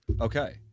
Okay